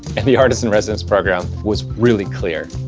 and the artists in residence program was really clear,